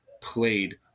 played